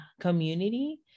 community